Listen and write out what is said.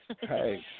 Hey